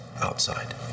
outside